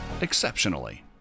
exceptionally